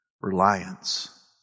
reliance